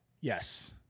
Yes